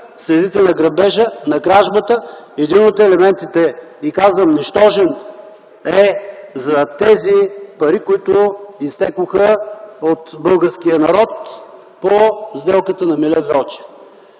цените на грабежа, на кражбата – един от елементите, и казвам: нищожен е за тези пари, които изтекоха от българския народ по сделката на Милен Велчев.